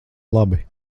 labi